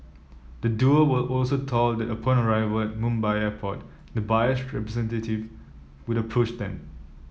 the duo were also told that upon arrival Mumbai Airport the buyer's representative would approach them